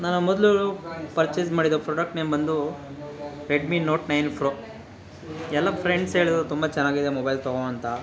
ನನ್ನ ಮೊದಲು ಪರ್ಚೇಸ್ ಮಾಡಿದ ಫ್ರೊಡಕ್ಟ್ ನೇಮ್ ಬಂದು ರೆಡ್ಮಿ ನೋಟ್ ನೈನ್ ಫ್ರೋ ಎಲ್ಲ ಫ್ರೆಂಡ್ಸ್ ಹೇಳದ್ರು ತುಂಬ ಚೆನ್ನಾಗಿದೆ ಮೊಬೈಲ್ ತಗೋ ಅಂತ